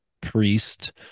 priest